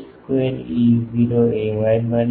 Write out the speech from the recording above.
square E0 ay બને છે